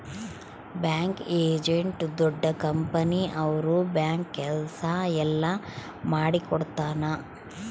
bank agent ದೊಡ್ಡ company ಅವ್ರ bank ಕೆಲ್ಸ ಎಲ್ಲ ಮಾಡಿಕೊಡ್ತನ